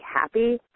happy